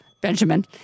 Benjamin